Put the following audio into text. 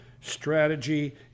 strategy